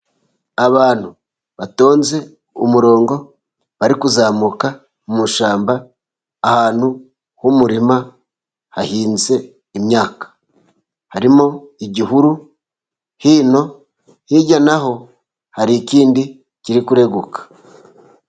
Abantu batonze umurongo bari kuzamuka mu ishyamba, ahantu h’umurima hahinzwe imyaka. Harimo igihuru hino, hirya na ho hari ikindi kiri kureguka.